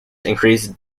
increased